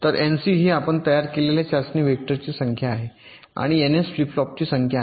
तर एनसी ही आपण तयार केलेल्या चाचणी वेक्टरची संख्या आहे आणि एनएस फ्लिप फ्लॉपची संख्या आहे